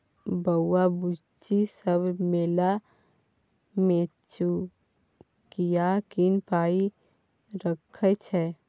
बौआ बुच्ची सब मेला मे चुकिया कीन पाइ रखै छै